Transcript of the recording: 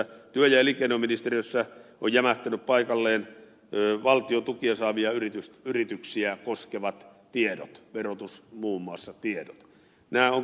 työ ja elinkeinoministeriössä ovat jämähtäneet paikalleen muun muassa valtion tukia saavia yrityksiä koskevat tiedot verotus muun muassa pierre verotustiedot